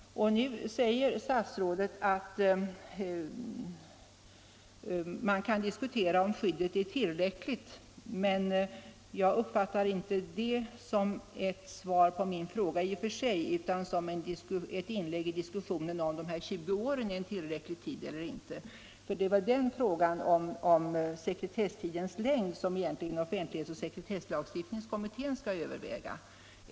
Sedan sade statsrådet att man kan diskutera huruvida skyddet är tillräckligt, men det uppfattar jag inte i och för sig som ett svar på min fråga utan mera som ett inlägg i diskussionen om huruvida de angivna 20 åren är en tillräckligt lång tid eller inte. Det är egentligen frågan om sekretesstidens längd som offentlighetsoch sekretesslagstiftningskommittén skall överväga.